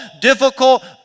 difficult